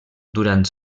durant